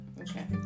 Okay